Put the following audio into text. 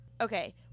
Okay